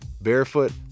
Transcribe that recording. barefoot